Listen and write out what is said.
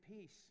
peace